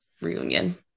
reunion